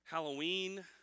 Halloween